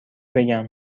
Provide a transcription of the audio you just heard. بگم